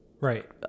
Right